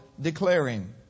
declaring